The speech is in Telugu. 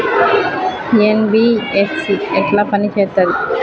ఎన్.బి.ఎఫ్.సి ఎట్ల పని చేత్తది?